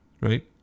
right